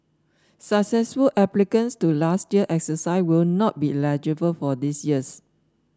successful applicants to last year's exercise will not be eligible for this year's